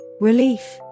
Relief